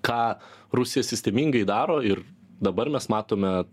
ką rusija sistemingai daro ir dabar mes matome